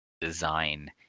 design